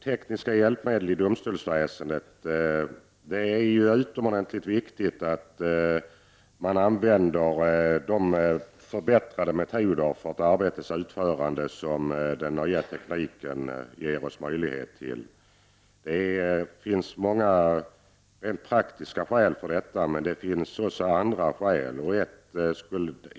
Tekniska hjälpmedel i domstolsväsendet: Det är utomordentligt viktigt att man använder de förbättrade metoder för ett arbetes utförande som den nya tekniken möjliggör. Det finns många rent praktiska skäl för detta men även andra.